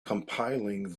compiling